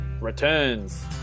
returns